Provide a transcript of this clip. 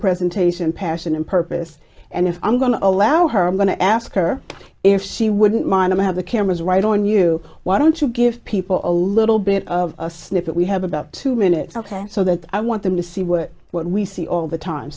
presentation passion and purpose and if i'm going to allow her i'm going to ask her if she wouldn't mind to have the cameras right on you why don't you give people a little bit of a snippet we have about two minutes ok so that i want them to see what we see all the time